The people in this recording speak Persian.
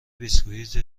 بسکویت